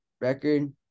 record